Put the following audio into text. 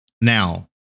Now